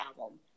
album